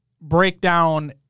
breakdown